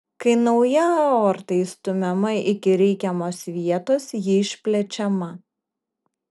kai nauja aorta įstumiama iki reikiamos vietos ji išplečiama